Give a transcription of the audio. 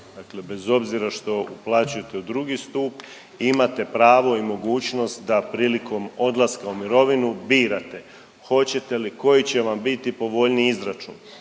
bez obzira što uplaćuje te u drugi stup imate pravo i mogućnost da prilikom odlaska u mirovinu birate. Hoćete li, koji će vam biti povoljniji izračun.